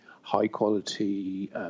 high-quality